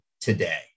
today